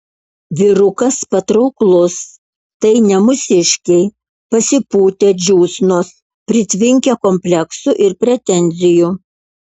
vyrukas patrauklus tai ne mūsiškiai pasipūtę džiūsnos pritvinkę kompleksų ir pretenzijų